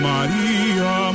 Maria